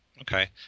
Okay